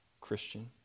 Christian